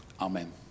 Amen